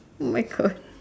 !my-God!